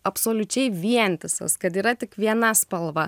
absoliučiai vientisas kad yra tik viena spalva